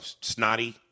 snotty